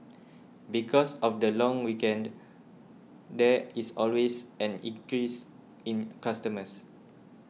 because of the long weekend there is always an increase in customers